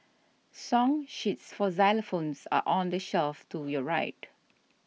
song sheets for xylophones are on the shelf to your right